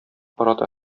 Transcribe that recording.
арада